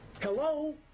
hello